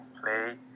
play